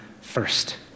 first